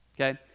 okay